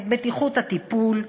בטיחות הטיפול,